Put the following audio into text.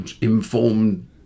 informed